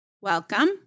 welcome